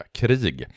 krig